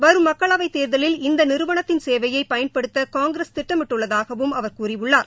வரும் மக்களவைத் தேர்தவில் இந்த நிறுவனத்தின் சேவையை பயன்படுத்த காங்கிரஸ் திட்டமிட்டுள்ளதாகவும் அவர் கூறியுள்ளார்